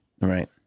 right